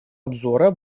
обзора